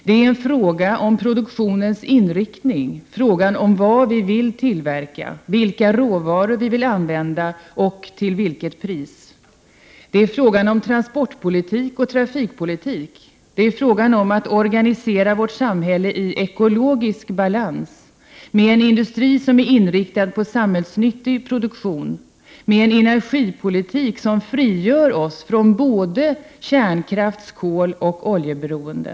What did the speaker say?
Det är fråga om produktionens inriktning, fråga om vad vi vill tillverka, vilka råvaror vi vill använda och till vilket pris. Det är fråga om transportpolitik och trafikpolitik. Det är fråga om att organisera vårt samhälle i ekologisk balans, med en industri som är inriktad på samhällsnyttig produktion, med en energipolitik som frigör oss från såväl kärnkraftssom koloch oljeberoende.